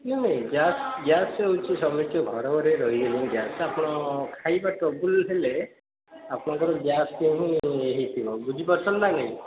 ନାଇଁ ନାଇଁ gas gas ହେଉଛି ସମସ୍ତେ ଘରେ ଘରେ ରହି ଗଲେଣି ଗ୍ୟାସଟା ଆପଣ ଖାଇବା ଟ୍ରବୁଲ୍ ହେଲେ ଆପଣଙ୍କର ଗ୍ୟାସ୍ ପ୍ରୋବ୍ଲେମ୍ ହେଇଥିବ ବୁଝି ପାରୁଛନ୍ତି ନା ନାଇଁ